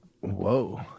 Whoa